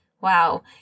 Wow